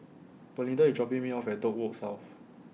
Belinda IS dropping Me off At Dock Road South